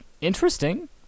interesting